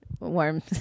Warm